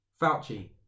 Fauci